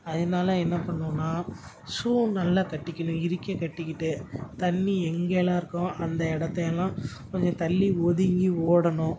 அதனால் என்ன பண்ணணுன்னா ஷூவை நல்லா கட்டிக்கின்னு இறுக்கி கட்டிக்கிட்டு தண்ணி எங்கெல்லாம் இருக்கோ அந்த இடத்தை எல்லாம் கொஞ்சம் தள்ளி ஒதுங்கி ஓடணும்